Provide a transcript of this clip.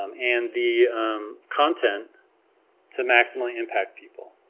um and the content to maximally impact people.